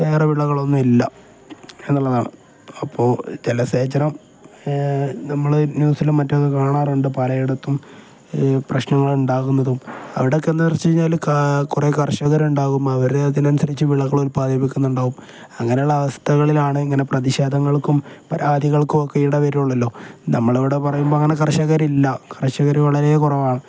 വേറെ വിളകളൊന്നും ഇല്ല എന്നുള്ളതാണ് അപ്പോൾ ജലസേചനം നമ്മൾ ന്യൂസിലും മറ്റൊക്കെ കാണാറുണ്ട് പലയിടത്തും പ്രശ്നങ്ങൾ ഉണ്ടാകുന്നതും അവിടെയൊക്കെ എന്ത് വച്ചു കഴിഞ്ഞാൽ കുറേ കർഷകർ ഉണ്ടാവും അവർ അതിന് അനുസരിച്ചു വിളകൾ ഉല്പാദിപ്പിക്കുന്നുണ്ടാവുകയും അങ്ങനെയുള്ള അവസ്ഥകളിലാണ് ഇങ്ങനെ പ്രതിഷേധങ്ങൾക്കും ആധികൾക്കും ഒക്കെ ഈറ്റ വരുമല്ലോ നമ്മൾ ഇവിടെ പറയുമ്പോൾ അങ്ങനെ കർഷകരില്ല കർഷകർ വളരെ കുറവാണ്